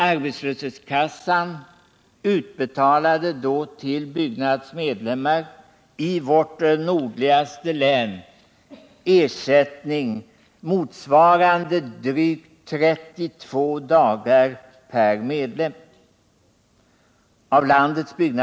Arbetslöshetskassan utbetalade då till Byggnads medlemmar i vårt nordligaste län ersättning motsvarande drygt 32 dagar per medlem.